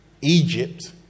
Egypt